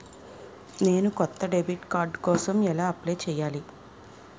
నేను కొత్త debit card కోసం ఎలా అప్లయ్ చేయాలి?